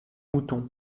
moutons